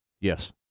Yes